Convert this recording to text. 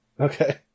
Okay